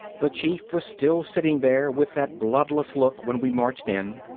the chief was still sitting there with that bloodless look when we marched in.